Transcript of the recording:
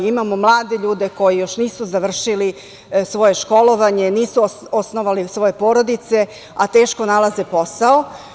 Imamo mlade ljude koji još nisu završili svoje školovanje, nisu osnovale svoje porodice, a teško nalaze posao.